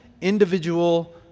individual